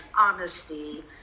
honesty